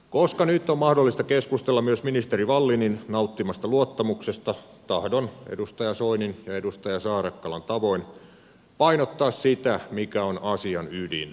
koska nyt on mahdollista keskustella myös ministeri wallinin nauttimasta luottamuksesta tahdon edustaja soinin ja edustaja saarakkalan tavoin painottaa sitä mikä on asian ydin